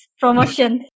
promotion